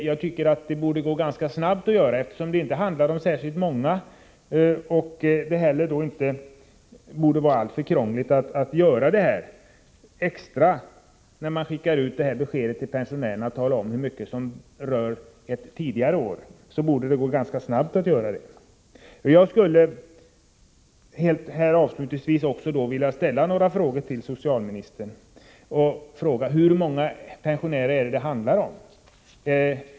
Jag tycker att det borde gå ganska snabbt att göra något, eftersom det inte handlar om särskilt många fall. Därför borde det inte heller vara alltför krångligt att när man skickar ut beskedet till pensionärerna även tala om hur stor del av pengarna som rör ett tidigare år. Det borde gå ganska snabbt. Jag skulle avslutningsvis också vilja ställa några frågor till socialministern: Hur många pensionärer handlar det om?